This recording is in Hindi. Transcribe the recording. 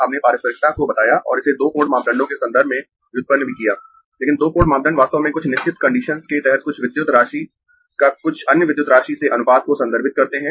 हमने पारस्परिकता को बताया और इसे दो पोर्ट मापदंडों के संदर्भ में व्युत्पन्न भी किया लेकिन दो पोर्ट मापदंड वास्तव में कुछ निश्चित कंडीसंस के तहत कुछ विद्युत राशि का कुछ अन्य विद्युत राशि से अनुपात को संदर्भित करते है